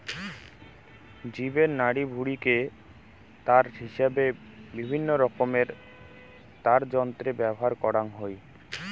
জীবের নাড়িভুঁড়িকে তার হিসাবে বিভিন্নরকমের তারযন্ত্রে ব্যবহার করাং হই